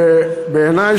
ובעיני,